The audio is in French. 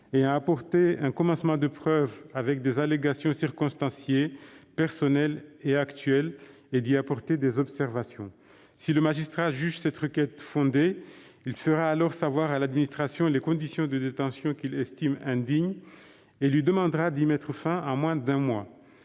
ayant apporté un commencement de preuve avec des allégations circonstanciées, personnelles et actuelles, et d'apporter ses observations. Si le magistrat juge cette requête fondée, il fera savoir à l'administration les conditions de détention qu'il estime indignes et lui demandera d'y mettre fin en moins d'un mois.